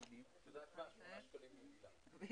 שקיימנו בשבועות האחרונים.